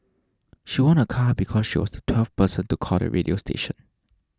she won a car because she was the twelfth person to call the radio station